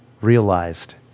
realized